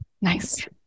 Nice